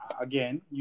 again